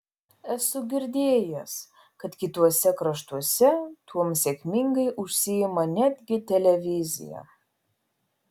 esu girdėjęs kad kituose kraštuose tuom sėkmingai užsiima netgi televizija